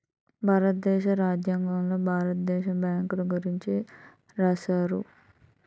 భారతదేశ రాజ్యాంగంలో భారత దేశ బ్యాంకుల గురించి రాశారు